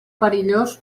perillós